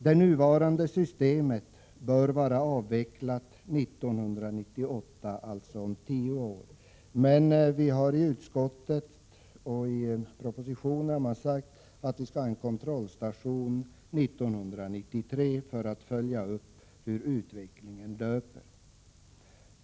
Det nuvarande systemet bör vara avvecklat 1998, alltså om tio år, men enligt utskottet och propositionen skall vi ha en kontrollstation 1993 för att följa upp hur utvecklingen löper.